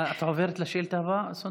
את עוברת לשאילתה הבאה, סונדוס?